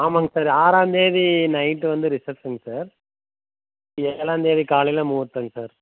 ஆமாங்க சார் ஆறாம்தேதி நைட்டு வந்து ரிசெப்ஷன் சார் ஏழாம்தேதி காலையில் முகூர்த்தங்க சார்